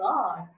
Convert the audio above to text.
God